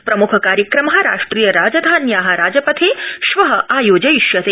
प्रमुख कार्यक्रम राष्ट्रिय राजधान्या राजपथे श्व आयोजयिष्यते